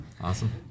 Awesome